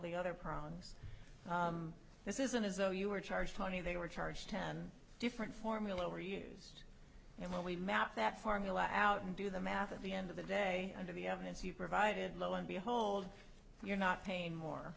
the other problems this isn't as though you were charged money they were charged ten different formula were used and when we map that formula out and do the math at the end of the day under the evidence you provided lo and behold you're not paying more